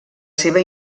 seva